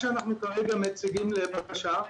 אנחנו מציגים לבקשה,